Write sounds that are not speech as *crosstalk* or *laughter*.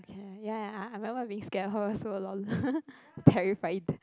ya I'm I'm a bit scared of her also lol *laughs* terrified